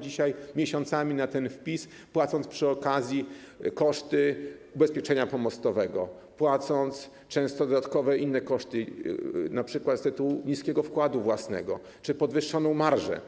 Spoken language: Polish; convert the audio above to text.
dzisiaj miesiącami czekają na ten wpis, płacąc przy okazji koszty ubezpieczenia pomostowego, często płacąc dodatkowo inne koszty, np. z tytułu niskiego wkładu własnego czy podwyższonej marży.